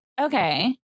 Okay